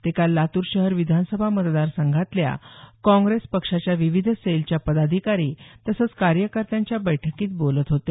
ते काल लातूर शहर विधानसभा मतदार संघातल्या काँग्रेस पक्षाच्या विविध सेलच्या पदाधिकारी तसंच कार्यकर्त्यांच्या बैठकीत बोलत होते